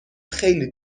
خیلی